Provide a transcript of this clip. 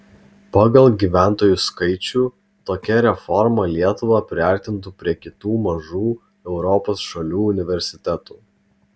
pagal gyventojų skaičių tokia reforma lietuvą priartintų prie kitų mažų europos šalių universitetų